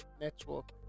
network